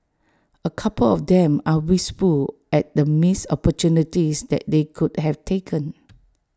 A couple of them are wistful at the missed opportunities that they could have taken